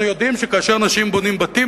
אנחנו יודעים שכאשר אנשים בונים בתים,